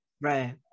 Right